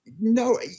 no